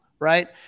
Right